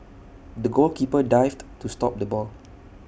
the goalkeeper dived to stop the ball